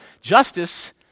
justice